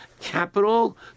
capital